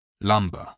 lumber